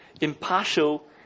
impartial